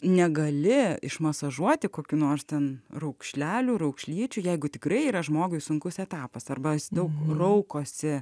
negali išmasažuoti kokių nors itin raukšlelių raukšlyčių jeigu tikrai yra žmogui sunkus etapas arba daug raukosi